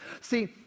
See